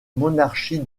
monarchie